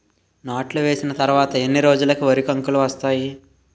నాట్లు వేసిన తర్వాత ఎన్ని రోజులకు వరి కంకులు వస్తాయి?